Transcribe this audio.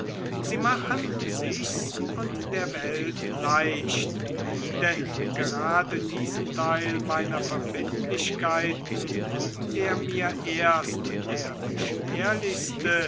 sie machen sich's und der welt leicht denn gerade diesen teil meiner verbindlichkeiten der mir erst der beschwerlichste